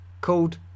called